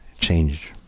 Change